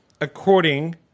according